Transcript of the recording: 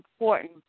important